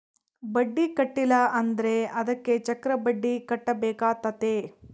ಬಡ್ಡಿ ಕಟ್ಟಿಲ ಅಂದ್ರೆ ಅದಕ್ಕೆ ಚಕ್ರಬಡ್ಡಿ ಕಟ್ಟಬೇಕಾತತೆ